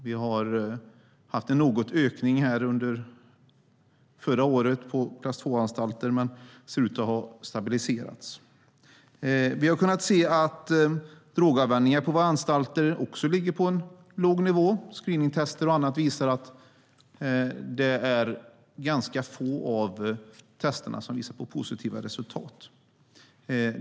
Under förra året ökade de något på klass 2-anstalter, men nu ser de ut att ha stabiliserats. Droganvändningen på anstalterna ligger också på en låg nivå. Screeningtester och annat visar att det är ganska få av testerna som visar positiva resultat.